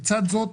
לצד זאת,